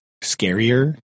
scarier